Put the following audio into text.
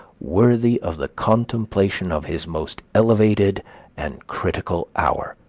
worthy of the contemplation of his most elevated and critical hour.